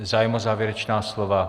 Zájem o závěrečná slova?